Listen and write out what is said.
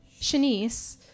Shanice